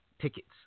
tickets